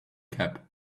cap